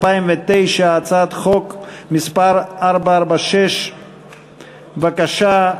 הצעת חוק מס' 446. בבקשה,